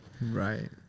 Right